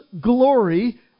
glory